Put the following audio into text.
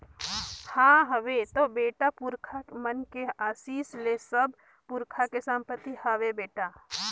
हां हवे तो बेटा, पुरखा मन के असीस ले सब पुरखा के संपति हवे बेटा